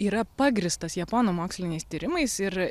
yra pagrįstas japonų moksliniais tyrimais ir